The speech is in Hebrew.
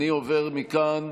אני עובר מכאן